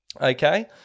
Okay